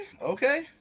okay